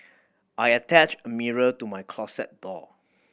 I attached a mirror to my closet door